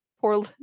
poor